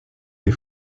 des